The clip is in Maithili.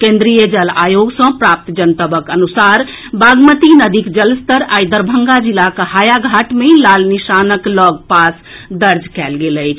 केंद्रीय जल आयोग सँ प्राप्त जनतबक अनुसार बागमती नदीक जलस्तर आइ दरभंगा जिलाक हायाघाट मे लाल निशानक लऽग पास दर्ज कएल गेल अछि